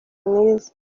mwiza